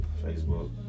Facebook